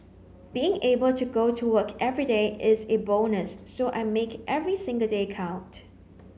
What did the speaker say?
being able to go to work everyday is a bonus so I make every single day count